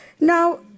Now